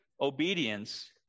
obedience